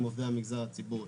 הם עובדי המגזר הציבורי.